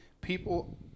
People